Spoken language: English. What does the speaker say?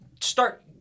start